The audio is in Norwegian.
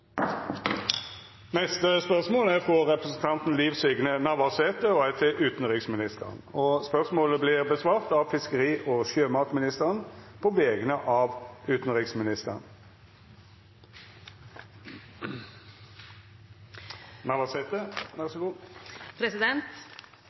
frå representanten Liv Signe Navarsete til utanriksministeren, vert svara på av fiskeri- og sjømatministeren på vegner av utanriksministeren.